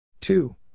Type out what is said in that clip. Two